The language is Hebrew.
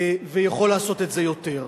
והוא יכול לעשות את זה יותר.